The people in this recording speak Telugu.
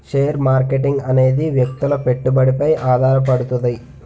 షేర్ మార్కెటింగ్ అనేది వ్యక్తుల పెట్టుబడిపై ఆధారపడుతది